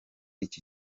iki